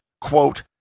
quote